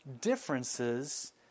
differences